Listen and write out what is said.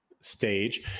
stage